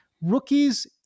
Rookies